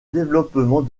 développement